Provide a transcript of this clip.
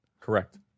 Correct